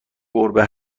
گربه